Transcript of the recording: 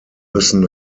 müssen